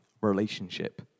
relationship